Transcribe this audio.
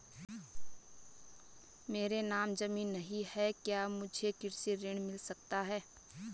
मेरे नाम ज़मीन नहीं है क्या मुझे कृषि ऋण मिल सकता है?